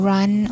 Run